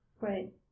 Right